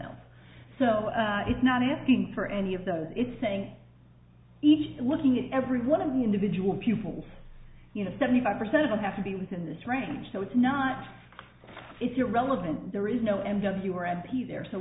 else so it's not asking for any of those it's saying each looking at every one of the individual pupils you know seventy five percent of them have to be within this range so it's not it's irrelevant there is no m w or m p there so